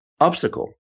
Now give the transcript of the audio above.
obstacle